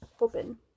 open